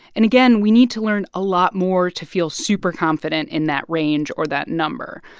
and again, we need to learn a lot more to feel super confident in that range or that number.